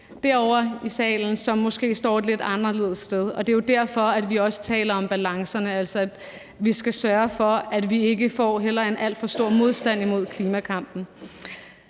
side af salen, som står et lidt andet sted end os. Det er jo også derfor, at vi taler om balancerne. Vi skal sørge for, at vi ikke får en alt for stor modstand mod klimakampen.